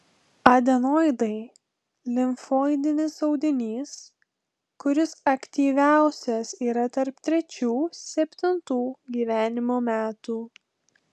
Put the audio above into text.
adenoidai limfoidinis audinys kuris aktyviausias yra tarp trečių septintų gyvenimo metų